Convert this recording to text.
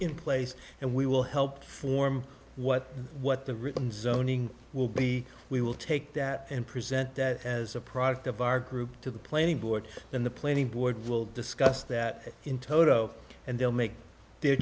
in place and we will help form what what the written zoning will be we will take that and present that as a product of our group to the planning board and the planning board will discuss that in toto and they'll make their